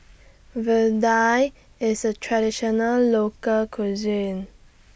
Vadai IS A Traditional Local Cuisine